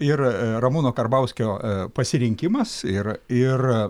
ir ramūno karbauskio pasirinkimas ir ir